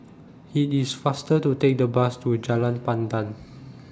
IT IS faster to Take The Bus to Jalan Pandan